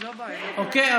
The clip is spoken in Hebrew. אוקיי,